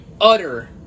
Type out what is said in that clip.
utter